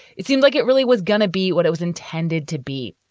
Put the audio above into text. it seemed like it really was gonna be what it was intended to be,